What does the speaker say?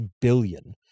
billion